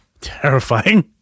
terrifying